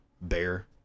bear